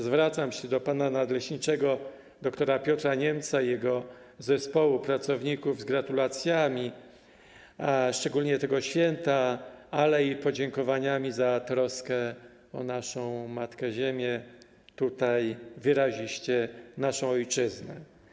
Zwracam się do pana nadleśniczego dr. Piotra Niemca i jego zespołu pracowników z gratulacjami z okazji tego święta, ale i z podziękowaniami za troskę o naszą matkę ziemię, tutaj wyraziście naszą ojczyznę.